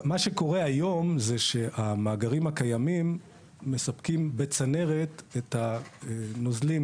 מה שקורה היום זה שהמאגרים הקיימים מספקים בצנרת את הנוזלים